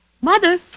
Mother